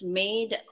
made